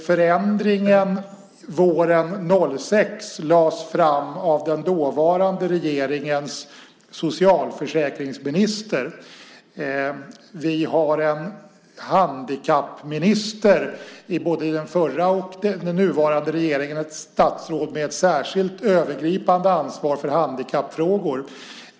Förändringen våren 2006 lades fram av den dåvarande regeringens socialförsäkringsminister. Vi hade i den förra och har i den nuvarande regeringen en handikappminister, alltså ett statsråd med särskilt övergripande ansvar för handikappfrågor.